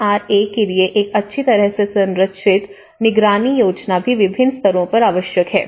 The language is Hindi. एन आर ए के लिए एक अच्छी तरह से संरचित निगरानी योजना भी विभिन्न स्तरों पर आवश्यक है